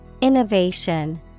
Innovation